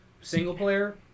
Single-player